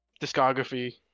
discography